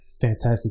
Fantastic